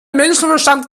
menschenverstand